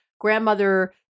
grandmother